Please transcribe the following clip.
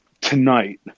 tonight